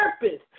purpose